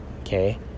Okay